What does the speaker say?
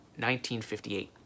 1958